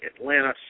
Atlanta